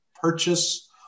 purchase